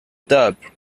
table